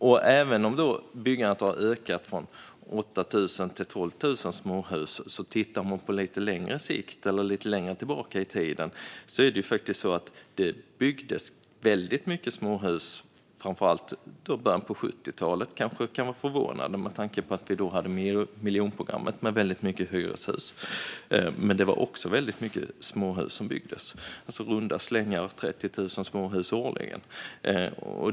Byggandet av småhus har ökat från 8 000 till 12 000. Men tittar man lite längre tillbaka i tiden ser man att det byggdes väldigt många småhus framför allt i början av 70-talet. Det kanske kan vara förvånande, med tanke på att vi då hade miljonprogrammet med väldigt många hyreshus. Men det var alltså även ett stort antal småhus som byggdes. I runda slängar byggdes det 30 000 småhus årligen.